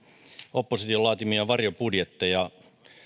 opposition laatimia varjobudjetteja minä